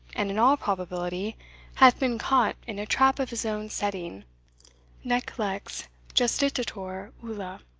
and in all probability hath been caught in a trap of his own setting nec lex justitior ulla.